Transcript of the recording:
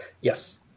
Yes